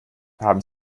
haben